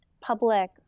public